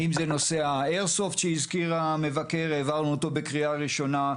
אם זה נושא ה- ׳Air soft׳ שהזכיר המבקר והעברנו בקריאה ראשונה,